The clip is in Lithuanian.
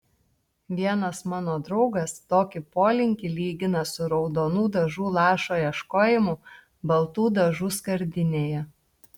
vienas mano draugas tokį polinkį lygina su raudonų dažų lašo ieškojimu baltų dažų skardinėje